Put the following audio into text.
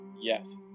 Yes